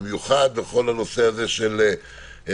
במיוחד בכל הנושא של ההפעלה,